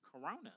Corona